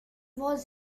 was